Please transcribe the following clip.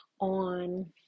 on